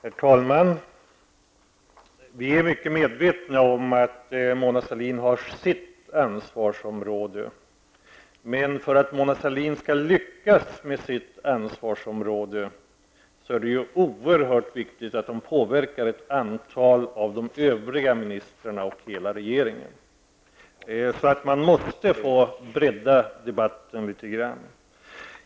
Herr talman! Vi är mycket medvetna om att Mona Sahlin har sitt ansvarsområde. Men för att Mona Sahlin skall lyckas med sitt ansvarsområde är det oerhört viktigt att hon påverkar ett antal av de övriga ministrarna, ja, hela regeringen. Man måste alltså få bredda debatten litet grand.